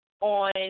on